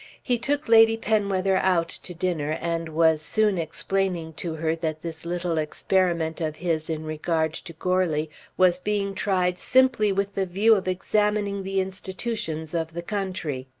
he took lady penwether out to dinner and was soon explaining to her that this little experiment of his in regard to goarly was being tried simply with the view of examining the institutions of the country.